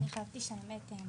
אני חשבתי שאני אצטרך